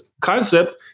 concept